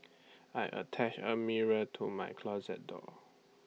I attached A mirror to my closet door